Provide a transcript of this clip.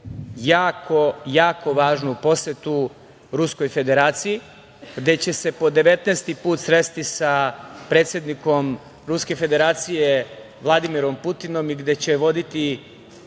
jednu jako važnu posetu Ruskoj Federaciji gde će se po 19 put sresti sa predsednikom Ruske Federacije, Vladimirom Putinom, gde će voditi